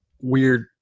weird